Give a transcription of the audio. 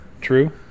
True